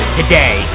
today